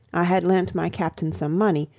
i had lent my captain some money,